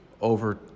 over